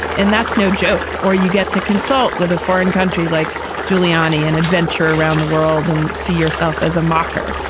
and that's no joke. or you get to consult with a foreign country like giuliani and adventure around the world and see yourself as a marker.